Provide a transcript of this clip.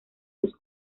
los